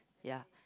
ya